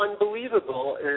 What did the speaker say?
unbelievable